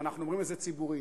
ואנחנו אומרים את זה ציבורית.